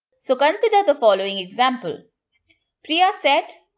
so, consider the following example priya said,